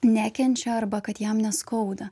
nekenčia arba kad jam neskauda